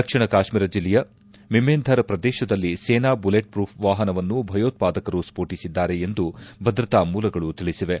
ದಕ್ಷಿಣ ಕಾಶ್ಮೀರ ಜಿಲ್ಲೆಯ ಮೀಮೇಂಧರ್ ಪ್ರದೇಶದಲ್ಲಿ ಸೇನಾ ಬುಲೆಟ್ ಪ್ರೂಫ್ ವಾಹನವನ್ನು ಭಯೋತ್ವಾದಕರು ಸ್ಫೋಟಿಸಿದ್ದಾರೆ ಎಂದು ಭದ್ರತಾ ಮೂಲಗಳು ತಿಳಿಸಿವೆ